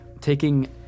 taking